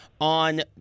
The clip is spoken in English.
on